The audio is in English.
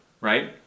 right